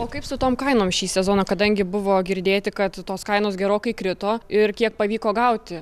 o kaip su tom kainom šį sezoną kadangi buvo girdėti kad tos kainos gerokai krito ir kiek pavyko gauti